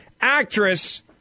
actress